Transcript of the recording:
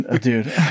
dude